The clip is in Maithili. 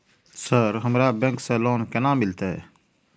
सर हमरा बैंक से लोन केना मिलते?